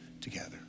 together